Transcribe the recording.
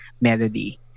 melody